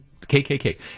KKK